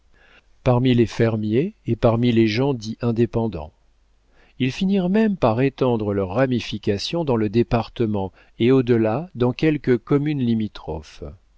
parmi les fermiers et parmi les gens dits indépendants ils finirent même par étendre leurs ramifications dans le département et au delà dans quelques